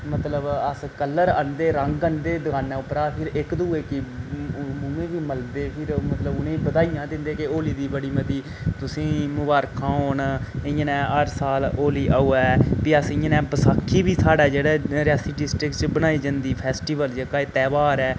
मतलब अस कलर आह्नदे रंग आह्नदे दुकानै उप्परा फिर इक दुए गी मुंहे बी मलदे फिर मतलब उनेंईं बधाइयां दिंदे के होली दी बड़ी मती तुसेंईं मुबारखां होन इयां नै हर साल होली आवै फ्ही अस इयां नै बसाखी बी साढ़ै जेह्ड़े रेयासी डिस्ट्रिक्ट च बनाई जन्दी फैस्टिवल जेह्का एह् त्यहार ऐ